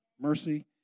mercy